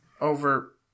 over